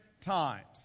times